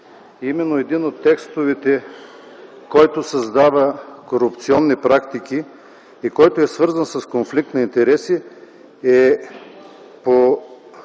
Един от текстовете, който създава корупционни практики и който е свързан с конфликт на интереси, е по